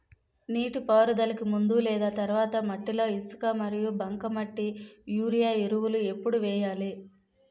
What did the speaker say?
నీటిపారుదలకి ముందు లేదా తర్వాత మట్టిలో ఇసుక మరియు బంకమట్టి యూరియా ఎరువులు ఎప్పుడు వేయాలి?